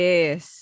Yes